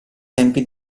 tempi